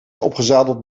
opgezadeld